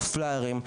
פליירים.